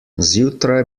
zjutraj